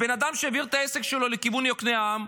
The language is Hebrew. בן אדם שהעביר את העסק שלו לכיוון יוקנעם,